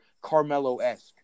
Carmelo-esque